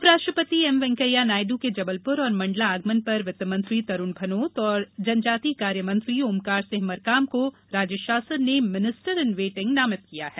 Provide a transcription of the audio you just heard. उप राष्ट्रपति वैंकेया नायडू के जबलपुर और मंडला आगमन पर वित्त मंत्री तरूण भनोत और जनजातीय कार्य मंत्री ओमकार सिंह मरकाम को राज्य शासन ने मिनिस्टर इन वेटिंग नामित किया है